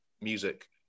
music